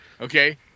okay